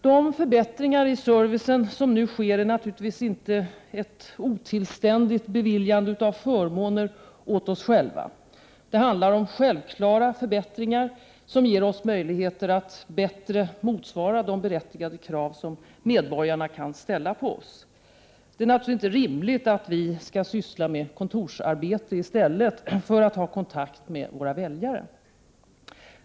De förbättringar i servicen som nu sker är naturligtvis inte ett otillständigt beviljande av förmåner åt oss själva. Det handlar om självklara förbättringar, som ger oss möjlighet att bättre motsvara de berättigade krav som medborgarna kan ställa på oss. Det är naturligtvis inte rimligt att vi skall syssla med kontorsarbete i stället för att ha kontakt med våra väljare.